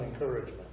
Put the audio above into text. encouragement